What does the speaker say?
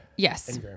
Yes